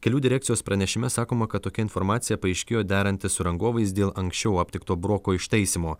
kelių direkcijos pranešime sakoma kad tokia informacija paaiškėjo derantis su rangovais dėl anksčiau aptikto broko ištaisymo